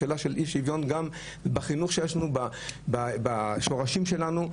שאלה של אי שוויון גם בחינוך שיש לנו בשורשים שלנו,